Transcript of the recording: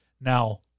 Now